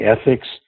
Ethics